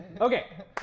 Okay